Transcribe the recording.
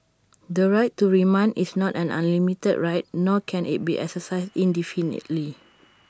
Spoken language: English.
the right to remand is not an unlimited right nor can IT be exercised indefinitely